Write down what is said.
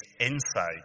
inside